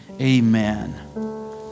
Amen